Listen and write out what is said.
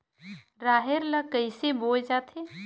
राहेर ल कइसे बोय जाथे?